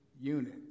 unit